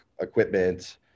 equipment